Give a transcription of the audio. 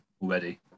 already